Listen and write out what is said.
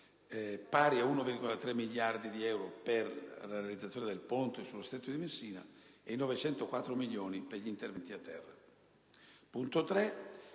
pari a 1,3 miliardi di euro per la realizzazione del ponte sullo Stretto di Messina e 904 milioni di euro per gli interventi a terra. In